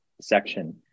section